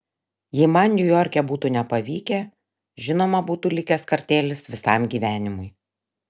jei man niujorke būtų nepavykę žinoma būtų likęs kartėlis visam gyvenimui